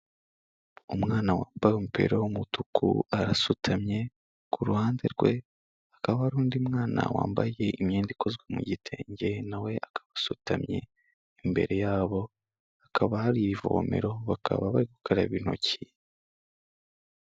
umwana wambaye umupira w'umutuku arasutamye, ku ruhande rwe hakaba hari undi mwana wambaye imyenda ikozwe mu gitenge na we akaba asutamye, imbere yabo hakaba hari ivomero bakaba bari gukaraba intoki.